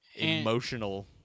emotional